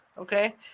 okay